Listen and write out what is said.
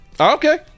Okay